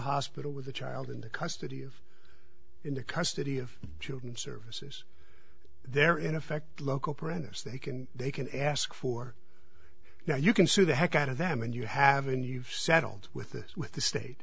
hospital with a child in the custody of in the custody of children services they're in effect local puranas they can they can ask for now you can sue the heck out of them and you haven't you've settled with this with the state